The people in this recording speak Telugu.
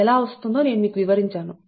ఎలా వస్తుందో నేను మీకు వివరించాను